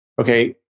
Okay